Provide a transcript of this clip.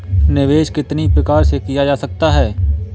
निवेश कितनी प्रकार से किया जा सकता है?